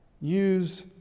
use